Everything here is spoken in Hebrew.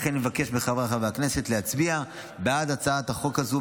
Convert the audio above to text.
לכן אבקש מחבריי חברי הכנסת להצביע בעד הצעת החוק הזו,